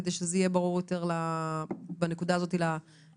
כדי שזה יהיה ברור יותר בנקודה הזאת לעסקים.